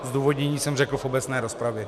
Zdůvodnění jsem řekl v obecné rozpravě.